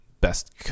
best